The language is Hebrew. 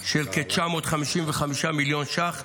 של כ-955 מיליון ש"ח,